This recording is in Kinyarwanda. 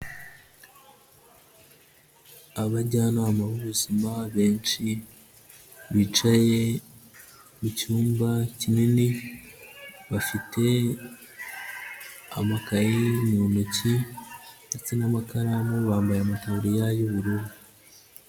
Abajyanama b'ubuzima benshi bicaye mu cyumba kinini, bafite amakaye mu ntoki ndetse n'amakaramu, bambaye amataburiya y'ubururu.